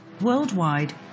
Worldwide